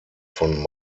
von